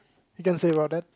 didn't think about that